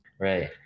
Right